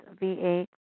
VA